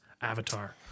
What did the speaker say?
Avatar